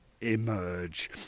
emerge